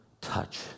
touch